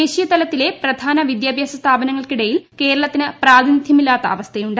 ദേശീയ തലത്തിലെ പ്രധാന വിദ്യാഭ്യാസ സ്ഥാപനങ്ങൾക്കിടയിൽ കേരളത്തിന് പ്രാതിനിധൃമില്ലാത്ത അവസ്ഥയുണ്ട്